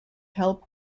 help